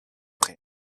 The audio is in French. prés